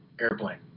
airplane